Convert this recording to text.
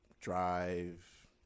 drive